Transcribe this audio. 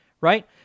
right